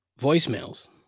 voicemails